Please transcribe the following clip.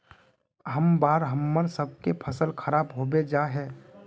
हर बार हम्मर सबके फसल खराब होबे जाए है?